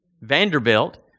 Vanderbilt